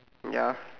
ya